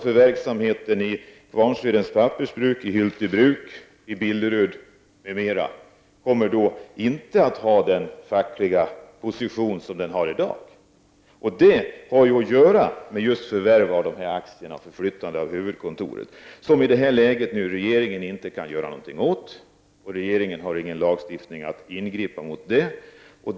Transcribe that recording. För verksamheten i Kvarnsvedens Pappersbruk, Hyltebruk och Billerud m.m. kommer den fackliga positionen inte att vara som den är i dag. Det har att göra med förvärv av dessa aktier och förflyttande av huvudkontoren. I det här läget kan regeringen inte göra något åt det, och regeringen har ingen lagstiftning för att kunna ingripa mot detta.